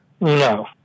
No